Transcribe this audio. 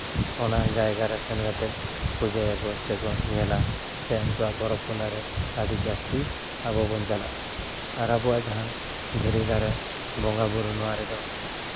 ᱚᱱᱟ ᱡᱟᱭᱜᱟ ᱨᱮ ᱥᱮᱱ ᱠᱟᱛᱮ ᱯᱩᱡᱟᱹᱭᱟᱠᱚ ᱥᱮᱠᱚ ᱧᱮᱞᱟ ᱥᱮ ᱩᱱᱠᱩᱣᱟᱜ ᱯᱚᱨᱚᱵᱽ ᱯᱩᱱᱟᱹᱭ ᱨᱮ ᱟᱹᱰᱤ ᱡᱟᱹᱥᱛᱤ ᱟᱵᱚ ᱵᱚᱱ ᱪᱟᱞᱟᱜᱼᱟ ᱟᱨ ᱟᱵᱚᱣᱟᱜ ᱡᱟᱦᱟᱸ ᱫᱷᱤᱨᱤ ᱫᱟᱨᱮ ᱵᱚᱸᱜᱟᱼᱵᱳᱨᱳ ᱱᱚᱣᱟ ᱨᱮᱫᱚ